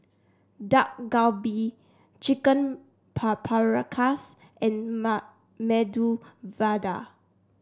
Dak Galbi Chicken Paprikas and Medu Vada